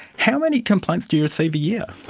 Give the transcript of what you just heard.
how many complaints do you receive a year?